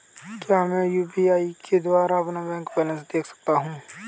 क्या मैं यू.पी.आई के द्वारा अपना बैंक बैलेंस देख सकता हूँ?